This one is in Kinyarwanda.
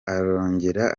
arongera